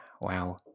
Wow